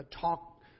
talk